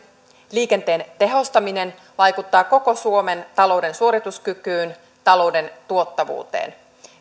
liikenteen tehostaminen vaikuttaa koko suomen talouden suorituskykyyn talouden tuottavuuteen